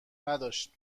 نداشت